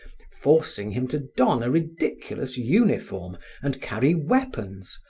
forcing him to don a ridiculous uniform and carry weapons,